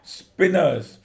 spinners